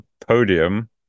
podium